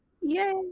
Yay